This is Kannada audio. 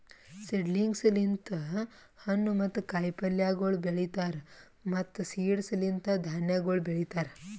ಸೀಡ್ಲಿಂಗ್ಸ್ ಲಿಂತ್ ಹಣ್ಣು ಮತ್ತ ಕಾಯಿ ಪಲ್ಯಗೊಳ್ ಬೆಳೀತಾರ್ ಮತ್ತ್ ಸೀಡ್ಸ್ ಲಿಂತ್ ಧಾನ್ಯಗೊಳ್ ಬೆಳಿತಾರ್